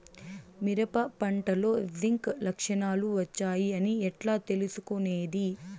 మిరప పంటలో జింక్ లక్షణాలు వచ్చాయి అని ఎట్లా తెలుసుకొనేది?